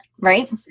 right